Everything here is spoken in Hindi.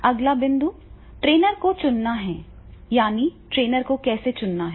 अगला बिंदु ट्रेनर को चुनना है यानी ट्रेनर को कैसे चुनना है